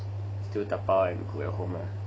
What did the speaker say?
still dabao and cook at home lah